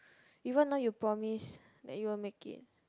even though you promise that you will make it